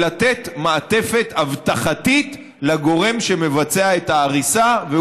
זה לתת מעטפת אבטחתית לגורם שמבצע את ההריסה,